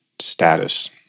status